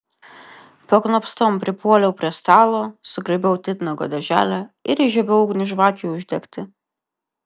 paknopstom pripuoliau prie stalo sugraibiau titnago dėželę ir įžiebiau ugnį žvakei uždegti